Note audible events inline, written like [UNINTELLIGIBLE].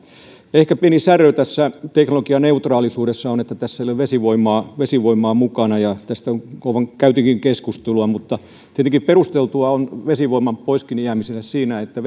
ehkä pieni särö tässä teknologianeutraalisuudessa on se että tässä ei ole vesivoimaa vesivoimaa mukana ja tästä käytiinkin keskustelua mutta tietenkin perusteltua on vesivoiman pois jääminenkin siinä että [UNINTELLIGIBLE]